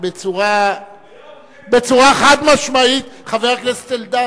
בצורה חד-משמעית חבר הכנסת אלדד.